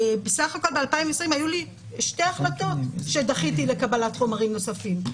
בסך הכול ב-2020 היו לי שתי החלטות לקבלת חומרים נוספים שדחיתי.